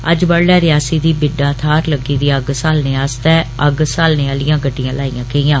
अज्ज बडुलै रियासी दी बिड्डा थ्हार लग्गी दी अग्ग साहलने आस्तै अग्ग साहलने आलियां गड्डियां लाइयां गेइयां